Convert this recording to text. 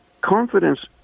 confidence